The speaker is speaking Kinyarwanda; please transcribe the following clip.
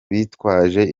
bitwaje